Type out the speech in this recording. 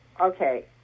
okay